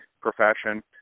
profession